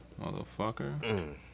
Motherfucker